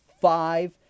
five